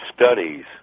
studies